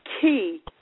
key